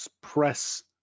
press